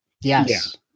Yes